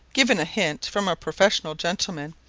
given a hint from a professional gentleman,